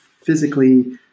physically